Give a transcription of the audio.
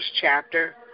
chapter